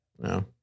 no